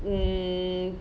mm